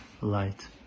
light